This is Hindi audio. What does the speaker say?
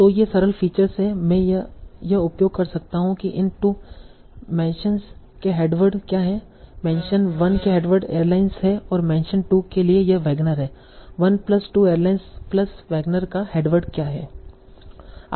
तो ये सरल फीचर्स हैं मैं यह उपयोग कर सकता हूं कि इन 2 मेंशनस के हेडवर्ड क्या हैं मेंशन 1 के हेडवर्ड एयरलाइंस है और मेंशन 2 के लिए यह वैगनर है 1 प्लस 2 एयरलाइंस प्लस वैगनर का हेडवर्ड क्या है